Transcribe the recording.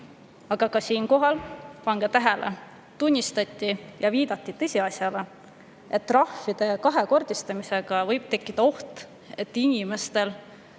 Aga ka siinkohal, pange tähele, tunnistati ja viidati tõsiasjale, et trahvide kahekordistamisel võib tekkida oht, et inimestel